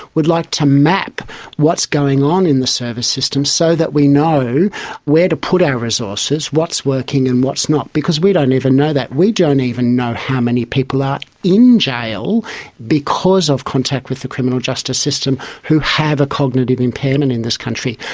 would like to map what's going on in the service system so that we know where to put our resources, what's working and what's not, because we don't even know that. we don't even know how many people are in jail because of contact with the criminal justice system who have a cognitive impairment in this country.